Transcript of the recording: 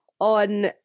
on